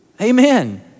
Amen